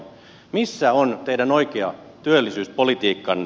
missä on teidän oikea työllisyyspolitiikkanne